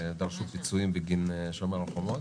שדרשו פיצויים בגין שומר החומות,